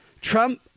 Trump